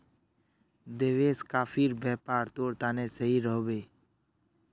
देवेश, कॉफीर व्यापार तोर तने सही रह बे